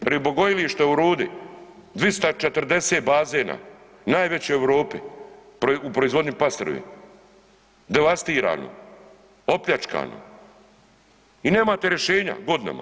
Ribogojilište u Rudi, 240 bazena najveći u Europi u proizvodnji pastrve, devastirano, opljačkano, i nemate rješenja godinama.